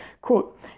Quote